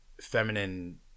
feminine